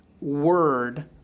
word